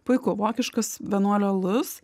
puiku vokiškas vienuolių alus